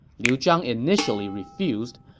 liu zhang initially refused,